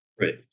Right